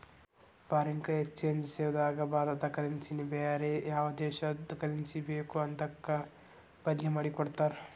foreign exchange ಸೇವಾದಾಗ ಭಾರತದ currency ನ ಬ್ಯಾರೆ ಯಾವ್ ದೇಶದ್ ಕರೆನ್ಸಿ ಬೇಕೊ ಅದಕ್ಕ ಬದ್ಲಿಮಾದಿಕೊಡ್ತಾರ್